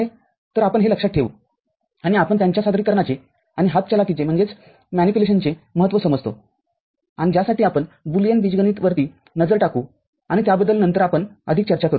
तर आपण हे लक्षात ठेवू आणि आपण त्यांच्या सादरीकरणाचे आणि हाथचलाकीचे महत्व समजतो आणि ज्यासाठी आपण बुलियन बीजगणित वरती नजर टाकू आणि त्याबद्दल नंतर आपण अधिक चर्चा करूया